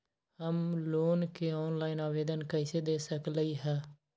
हम लोन के ऑनलाइन आवेदन कईसे दे सकलई ह?